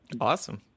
Awesome